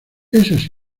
esas